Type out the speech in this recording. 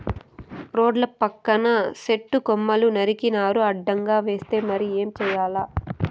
రోడ్ల పక్కన సెట్టు కొమ్మలు నరికినారు అడ్డంగా వస్తే మరి ఏం చేయాల